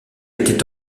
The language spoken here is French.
était